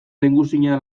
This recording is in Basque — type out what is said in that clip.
lehengusina